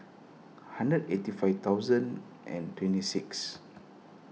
hundred eighty five thousand and twenty six